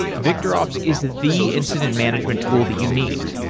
victorops is the incident management tool that you need.